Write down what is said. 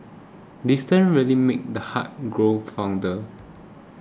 distance really made the heart grow fonder